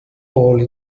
all